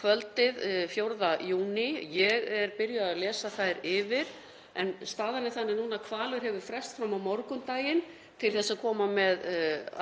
kvöldið 4. júní. Ég er byrjuð að lesa þær yfir. En staðan er þannig núna að Hvalur hefur frest fram á morgundaginn til að koma með